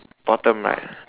bottom right ah